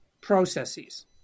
processes